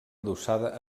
adossada